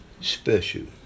special